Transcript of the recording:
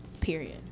Period